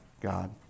God